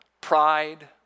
Pride